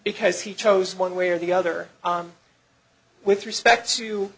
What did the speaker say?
because he chose one way or the other with respect to